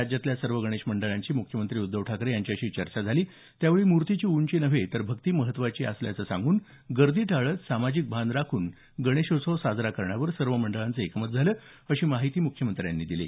राज्यातल्या सर्व गणेश मंडळांची मुख्यमंत्री उद्धव ठाकरे यांच्याशी चर्चा झाली त्यावेळी मूर्तीची उंची नव्हे तर भक्ती महत्त्वाची असं सांगून गर्दी टाळत सामाजिक भान राखून गणेशोत्सव साजरा करण्यावर सर्व मंडळांचं एकमत झालं अशी माहिती मुख्यमंत्र्यांनी दिली